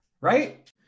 right